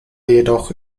jedoch